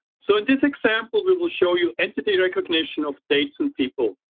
so in this example we will show you entity recognition of dates and people.